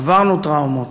עברנו טראומות.